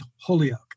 Holyoke